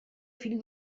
fill